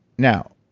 now,